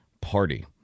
Party